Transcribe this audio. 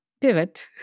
pivot